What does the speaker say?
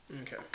Okay